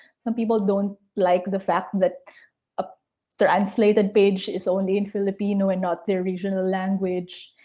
some people don't like the fact that a translated page is only in pilipino and not their original language.